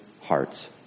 hearts